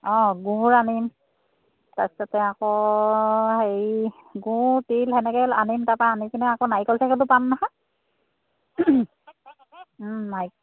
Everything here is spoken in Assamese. অঁ গুৰ আনিম তাৰপাছতে আকৌ হেৰি গুৰ তিল তেনেকৈ আনিম তাৰপৰা আনি কিনে আকৌ নাৰিকল পাম নহয় নাৰিকল